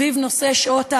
סביב נושא שעות העבודה,